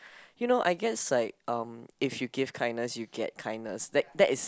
you know I guess like um if you give kindness you get kindness that that is